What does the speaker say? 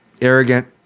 arrogant